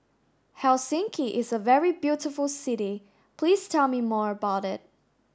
Helsinki is a very beautiful city Please tell me more about it